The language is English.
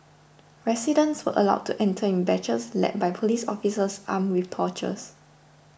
residents were allowed to enter in batches led by police officers armed with torches